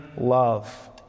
love